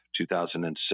2006